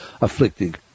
afflicting